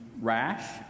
rash